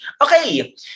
Okay